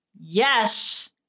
yes